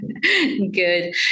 Good